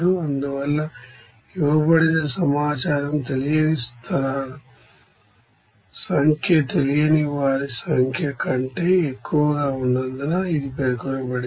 అందువల్ల ఇవ్వబడిన సమాచారం తెలియని స్థలాల సంఖ్య తెలియని వారి సంఖ్య కంటే ఎక్కువగా ఉన్నందున ఇది పేర్కొనబడింది